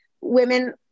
women